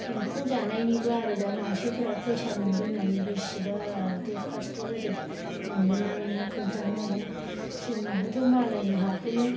एम्फौ जानायनिबो आरो दा मानसिफोरा फैसा मोनगोन होननानै बेसेबा दरखास्थ' होदो मोनगोन ना मोना खोनथानो हाया जोंहाबोथ' मालायनि हाखोनो